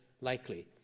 likely